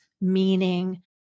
meaning